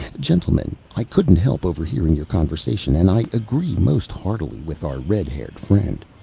gentlemen, i couldn't help overhearing your conversation, and i agree most heartily with our red-haired friend.